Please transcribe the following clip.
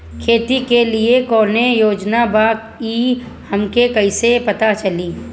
खेती के लिए कौने योजना बा ई हमके कईसे पता चली?